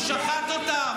הוא שחט אותם.